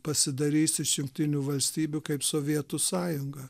pasidarys iš jungtinių valstybių kaip sovietų sąjunga